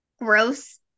gross